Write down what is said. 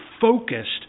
focused